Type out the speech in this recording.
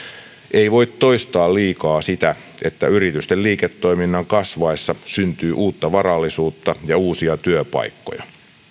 ei voi toistaa liikaa sitä että yritysten liiketoiminnan kasvaessa syntyy uutta varallisuutta ja uusia työpaikkoja